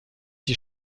die